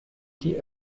die